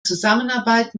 zusammenarbeit